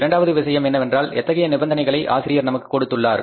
இரண்டாவது விஷயம் என்னவென்றால் எத்தகைய நிபந்தனைகளை ஆசிரியர் நமக்கு கொடுத்துள்ளார்